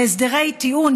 בהסדרי טיעון,